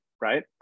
Right